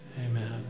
Amen